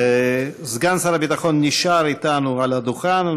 סגן שר הביטחון נשאר אתנו על הדוכן על